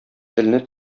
телне